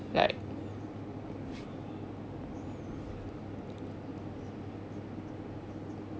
right